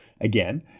again